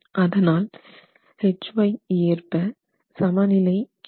அதனால் Hy ஏற்ப சமநிலை கிடைக்கும்